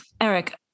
Eric